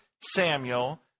Samuel